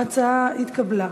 ההצעה התקבלה,